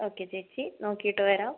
okay ചേച്ചി നോക്കിയിട്ട് വരാം